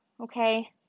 okay